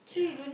yeah